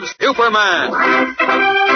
Superman